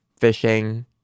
fishing